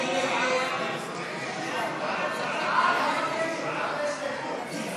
עאידה תומא סלימאן, עבד אל חכים חאג' יחיא,